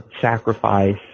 sacrifice